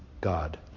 God